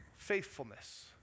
Faithfulness